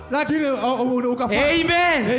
amen